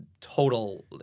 total